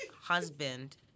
husband